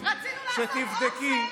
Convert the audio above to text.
שתבדקי,